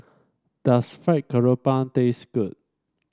does Fried Garoupa taste good